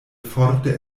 forte